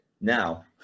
now